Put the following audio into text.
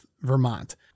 Vermont